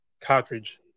cartridge